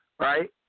Right